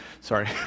Sorry